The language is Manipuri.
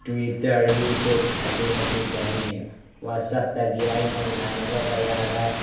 ꯇ꯭ꯋꯤꯇꯔ ꯌꯨꯇꯨꯞ ꯑꯁꯤꯅꯆꯤꯡꯕꯅꯤ ꯋꯥꯠꯆꯞꯇꯒꯤ ꯑꯩꯅ ꯏꯃꯥꯟꯅꯕ ꯀꯌꯥꯒ